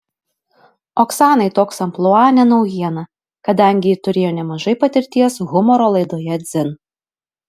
oksanai toks amplua ne naujiena kadangi ji turėjo nemažai patirties humoro laidoje dzin